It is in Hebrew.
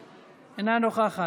תודה.